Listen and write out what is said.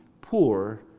poor